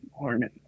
morning